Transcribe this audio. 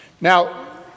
Now